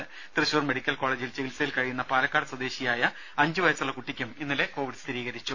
Thrissur medical കോളജിൽ ചികിത്സയിൽ കഴിയുന്ന പാലക്കാട് സ്വദേശിയായ അഞ്ച് വയസ്സുള്ള കുട്ടിക്കും ഇന്നലെ കോവിഡ് സ്ഥിരീകരിച്ചു